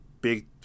big